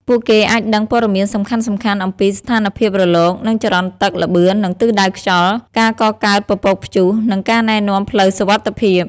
ពួកគេអាចដឹងព័ត៌មានសំខាន់ៗអំពី ស្ថានភាពរលក និងចរន្តទឹក ល្បឿន និងទិសដៅខ្យល់ ការកកើតពពកព្យុះ និងការណែនាំផ្លូវសុវត្ថិភាព។